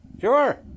Sure